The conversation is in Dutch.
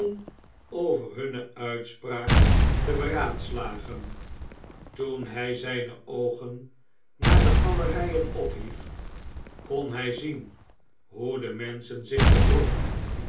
over hunne uitspraak te beraadslagen toen hij zijne oogen naar de galerijen ophief kon hij zien hoe de menschen zich verdrongen